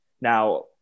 Now